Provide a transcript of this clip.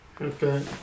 Okay